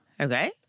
Okay